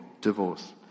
divorce